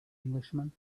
englishman